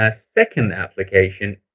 ah second application.